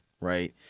right